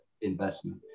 investment